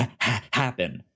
happen